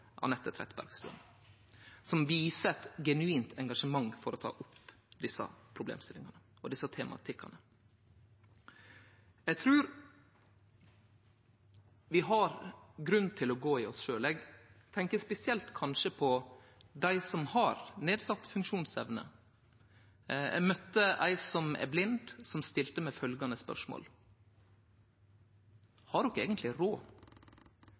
Trettebergstuen, som viser eit genuint engasjement for å ta opp desse problemstillingane og denne tematikken. Eg trur vi har grunn til å gå i oss sjølve. Eg tenkjer spesielt på dei som har nedsett funksjonsevne. Eg møtte ei som er blind, som stilte meg følgjande spørsmål: Har de eigentleg råd